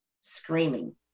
screaming